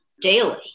daily